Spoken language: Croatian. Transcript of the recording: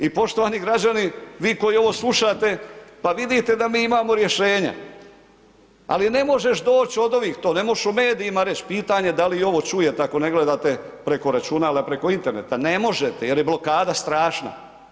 I poštovani građani, vi koji ovo slušate pa vidite da mi imao rješenja, ali ne možeš doći od ovih, to ne možeš u medijima reći, pitanje da li i ovo čujete ako ne gledate preko računala, preko interneta, ne možete jer je blokada strašna.